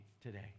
today